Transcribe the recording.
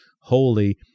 holy